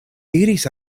diris